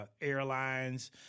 Airlines